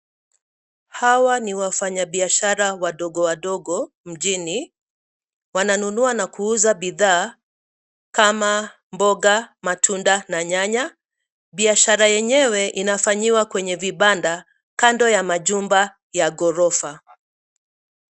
Hawa ni wafanya biashiara wadogo wadogo mjini wananunua na kuuza bidhaa kama mboga, matunda, na nyanya. Biashara yenyewe inafanyiwa kwenye vibanda kando ya majumba ya gorofa.